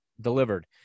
Delivered